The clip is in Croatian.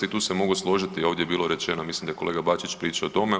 I tu se mogu složiti, ovdje je bilo rečeno, mislim da je kolega Bačić pričao o tome.